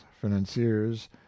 financiers